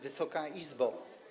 Wysoka Izbo!